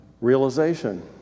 realization